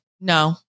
no